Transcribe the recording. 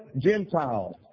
Gentiles